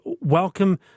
welcome